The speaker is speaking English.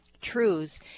truths